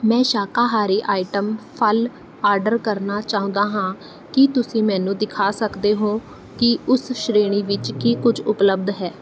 ਮੈਂ ਸ਼ਾਕਾਹਾਰੀ ਆਈਟਮ ਫ਼ਲ ਆਰਡਰ ਕਰਨਾ ਚਾਹੁੰਦਾ ਹਾਂ ਕੀ ਤੁਸੀਂ ਮੈਨੂੰ ਦਿਖਾ ਸਕਦੇ ਹੋ ਕਿ ਉਸ ਸ਼੍ਰੇਣੀ ਵਿੱਚ ਕੀ ਕੁਝ ਉਪਲੱਬਧ ਹੈ